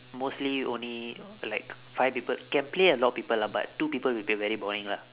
mostly only like five people can play a lot of people lah but two people will be very boring lah